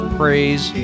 praise